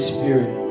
Spirit